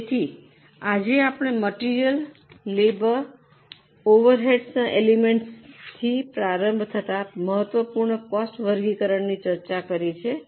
તેથી આજે આપણે મટીરીયલ લેબર ઓવરહેડ્સના એલિમેન્ટથી પ્રારંભ થતા મહત્વપૂર્ણ કોસ્ટ વર્ગીકરણની ચર્ચા કરી છે